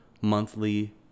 monthly